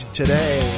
today